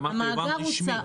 אמרת יבואן רשמי.